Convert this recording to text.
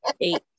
Eight